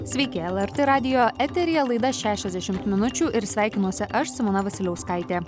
sveiki lrt radijo eteryje laida šešiasdešimt minučių ir sveikinuosi aš simona vasiliauskaitė